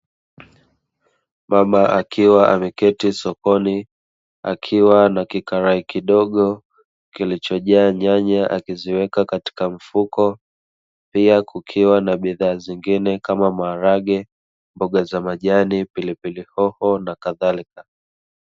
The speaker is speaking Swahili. Mama akiwa ameketi sokoni, akiwa na kikarai kidogo kilichojaa nyanya, akiziweka katika mfuko, pia kukiwa na bidhaa zingine kama maharage, mboga za majani, pilipili hoho na kadhalika.